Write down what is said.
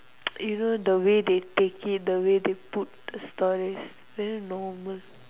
you know the way they take it the way they put the stories very normal